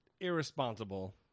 irresponsible